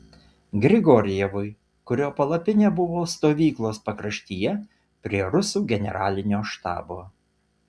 grigorjevui kurio palapinė buvo stovyklos pakraštyje prie rusų generalinio štabo